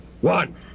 one